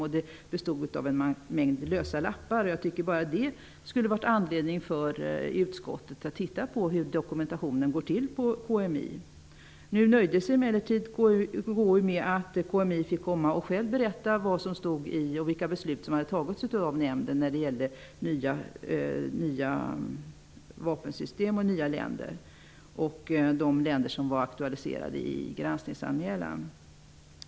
Materialet bestod av en mängd lösa lappar. Jag tycker att bara det skulle ha varit anledning för utskottet att titta på hur dokumentationen går till på KMI. Nu nöjde sig emellertid KU med att krigsmaterielinspektören själv fick komma och berätta vad som stod i protokollen och vilka beslut som hade fattats av nämnden när det gällde nya vapensystem, nya länder och de länder som var aktualiserade i granskningsanmälan.